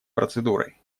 процедурой